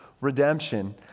redemption